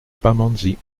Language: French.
pamandzi